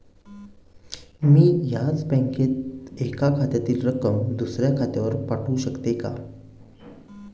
मी याच बँकेत एका खात्यातील रक्कम दुसऱ्या खात्यावर पाठवू शकते का?